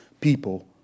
people